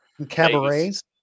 Cabarets